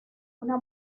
una